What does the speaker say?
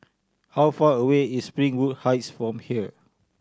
how far away is Springwood Heights from here